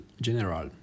general